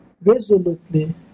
resolutely